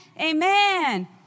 Amen